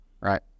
right